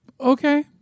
okay